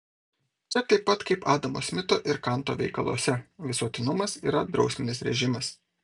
čia taip pat kaip adamo smito ir kanto veikaluose visuotinumas yra drausminis režimas